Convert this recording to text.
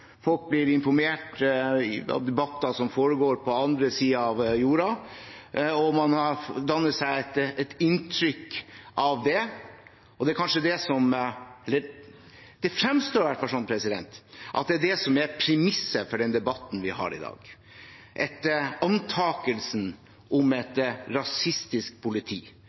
Folk leser på nett, folk blir informert om debatter som foregår på den andre siden av jorden, og man har dannet seg et inntrykk av det. Det er kanskje det som – slik fremstår det iallfall – er premisset for den debatten vi har i dag: antakelsen om et rasistisk politi.